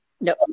No